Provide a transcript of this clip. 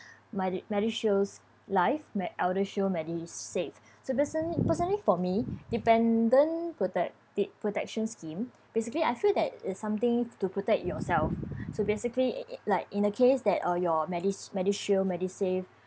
medi~ medishield life me~ eldershield medisave so person~ personally for me dependent protecti~ protection scheme basically I feel that it's something to protect yourself so basically i~ i~ like in a case that uh your medish~ medishield medisave